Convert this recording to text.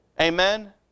Amen